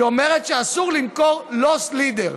היא אומרת שאסור למכור "לוס לידר",